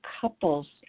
couples